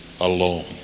alone